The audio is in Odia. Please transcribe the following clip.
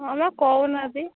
ହଁ ମ କହୁନାହାନ୍ତି